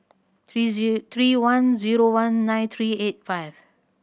three they three one zero one nine three eight five